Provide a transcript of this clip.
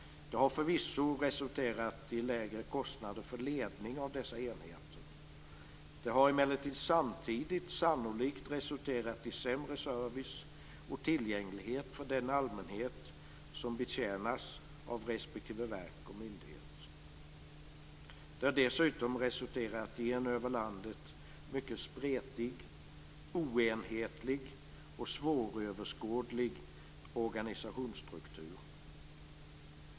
Det har förvisso resulterat i lägre kostnader för ledning av dessa enheter. Det har emellertid samtidigt sannolikt resulterat i sämre service och tillgänglighet för den allmänhet som betjänas av respektive verk och myndighet. Det har dessutom resulterat i en över landet mycket spretig, oenhetlig och svåröverskådlig organisationsstruktur.